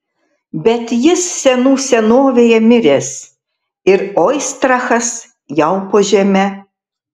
bet jis senų senovėje miręs ir oistrachas jau po žeme